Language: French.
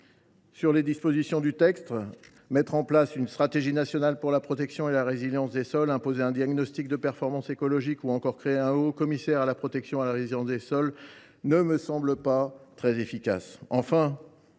N’allons pas trop vite. Mettre en place une stratégie nationale pour la protection et la résilience des sols, imposer un diagnostic de performance écologique des sols ou encore créer un haut commissaire à la protection et à la résilience des sols ne me semblent pas constituer